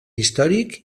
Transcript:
històric